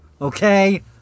Okay